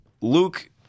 Luke